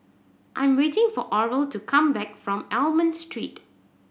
I am waiting for Oral to come back from Almond Street